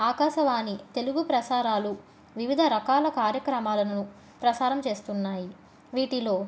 ఆకాశవాణి తెలుగు ప్రసారాలు వివిధ రకాల కార్యక్రమాలను ప్రసారం చేస్తున్నాయి వీటిలో